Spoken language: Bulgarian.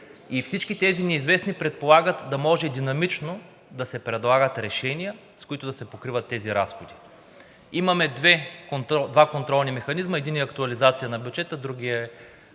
всички тези неизвестни предполагат да може динамично да се предлагат решения, с които да се покриват тези разходи. Имаме два контролни механизъма – единият е актуализация на бюджета, другият е